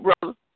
brother